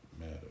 Matter